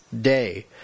day